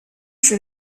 chez